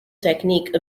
technique